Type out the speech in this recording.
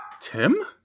Tim